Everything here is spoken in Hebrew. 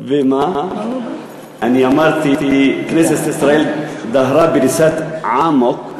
אני אמרתי: כנסת ישראל דהרה בריצת עמוק,